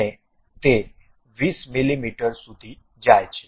5 મીમી છે અને તે 20 મીમી સુધી જાય છે